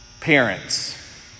parents